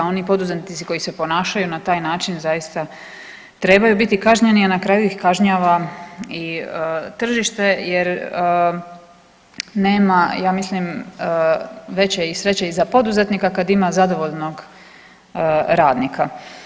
Oni poduzetnici koji se ponašaju na taj način zaista trebaju biti kažnjeni, a na kraju ih kažnjava i tržište jer nema ja mislim veće i sreće i za poduzetnika kad ima zadovoljnog radnika.